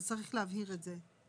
אז צריך להבהיר את זה.